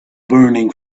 burning